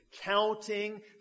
counting